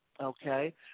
okay